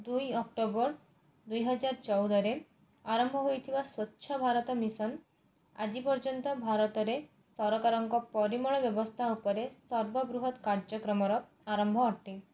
ଦୁଇ ଅକ୍ଟୋବର ଦୁଇ ହଜାର ଚଉଦରେ ଆରମ୍ଭ ହୋଇଥିବା ସ୍ୱଚ୍ଛ ଭାରତ ମିଶନ୍ ଆଜି ପର୍ଯ୍ୟନ୍ତ ଭାରତରେ ସରକାରଙ୍କ ପରିମଳ ବ୍ୟବସ୍ତା ଉପରେ ସର୍ବବୃହତ୍ତ କାର୍ଯ୍ୟକ୍ରମର ଆରମ୍ଭ ଅଟେ